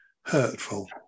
hurtful